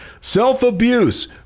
self-abuse